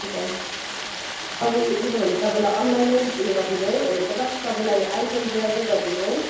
त्यही त अब उयो भने तपाईँलाई अनलाइनै उयो गरिदिनु है मतलब तपाईँलाई आइफोन ट्वेल्भै गरिदिनु है